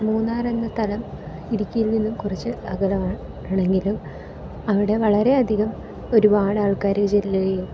മൂന്നാറെന്ന സ്ഥലം ഇടുക്കിയിൽ നിന്നും കുറച്ച് അകലെയാണെങ്കിലും അവിടെ വളരെ അധികം ഒരുപാട് ആൾക്കാർ ചെല്ലുകയും